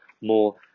more